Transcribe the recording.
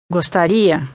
Gostaria